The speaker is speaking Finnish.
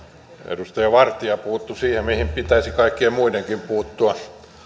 edustaja vartia puuttui siihen mihin pitäisi kaikkien muidenkin puuttua jos